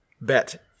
Bet